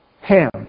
Ham